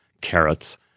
carrots